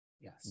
yes